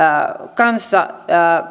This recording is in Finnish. kanssa